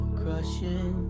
crushing